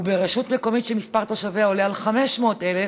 וברשות מקומית שמספר תושביה עולה על 500,000,